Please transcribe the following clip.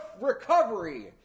recovery